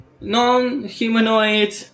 non-humanoid